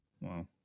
Wow